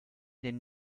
den